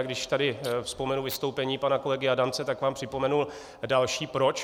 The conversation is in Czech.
A když tady vzpomenu vystoupení pana kolegy Adamce, tak vám připomenul další proč.